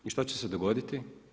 I što će se dogoditi?